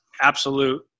absolute